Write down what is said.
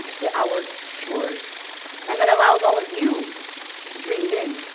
to our shores and that allows all of you to dream big.